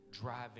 driving